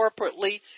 corporately